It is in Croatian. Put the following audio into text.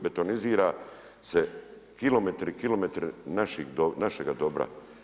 Betonizira se kilometre i kilometre našega dobra.